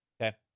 Okay